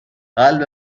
قلب